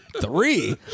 Three